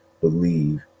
believe